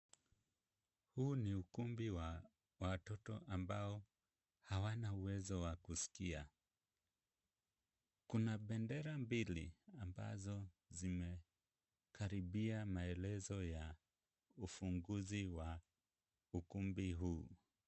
Huu ni ukumbi wa watoto ambao hawana uwezo wa kusikia. Kuna bendera mbili ambazo zimekaribia maelezo ya ufunguzi wa ukumbi huu.